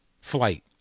flight